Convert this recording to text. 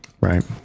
right